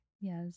Yes